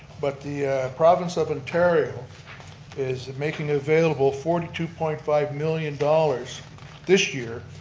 but the province of ontario is making available forty two point five million dollars this year,